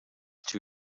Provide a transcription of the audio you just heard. too